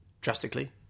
Drastically